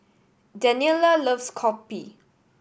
Daniela loves kopi